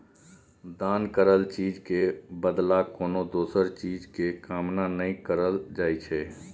दान करल चीज के बदला कोनो दोसर चीज के कामना नइ करल जाइ छइ